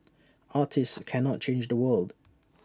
artists cannot change the world